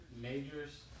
majors